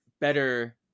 better